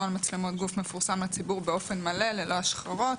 נוהל מצלמות גוף מפורסם לציבור באופן מלא ללא השחרות.